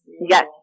yes